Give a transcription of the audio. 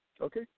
Okay